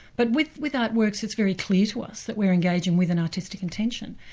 but with with art works it's very clear to us that we're engaging with an artistic intention,